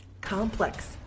Complex